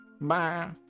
Bye